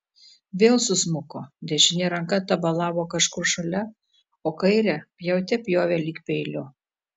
vėl susmuko dešinė ranka tabalavo kažkur šalia o kairę pjaute pjovė lyg peiliu